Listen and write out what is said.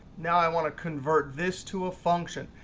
now i want to convert this to a function.